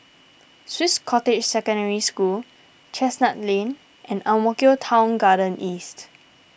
Swiss Cottage Secondary School Chestnut Lane and Ang Mo Kio Town Garden East